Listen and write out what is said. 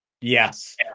Yes